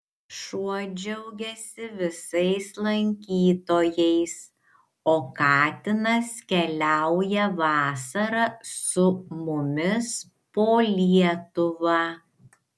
šuo džiaugiasi visais lankytojais o katinas keliauja vasarą su mumis po lietuvą